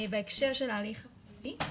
בהקשר של ההליך הפלילי,